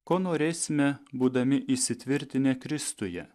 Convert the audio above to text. ko norėsime būdami įsitvirtinę kristuje